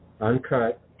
uncut